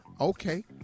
Okay